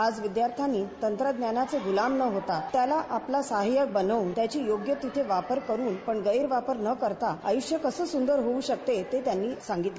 आज विद्याश्र्यांनी तंत्रज्ञानाचे ग्लाम न होता त्याला आपलं साहाय्य बनवून त्याची योग्य वापर करून पण गैर वापर न करता आय्ष्य कसं सूंदर होऊ शकते ते त्यांनी सांगितलं